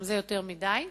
גם זה יותר מדי.